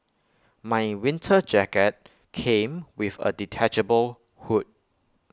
my winter jacket came with A detachable hood